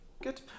Good